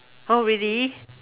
!huh! really